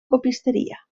copisteria